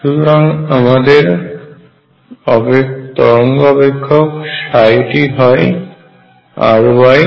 সুতরাং আমাদের তরঙ্গ অপেক্ষক টি হয় R Y